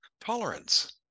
Tolerance